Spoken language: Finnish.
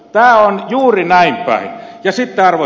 tämä on juuri näin päin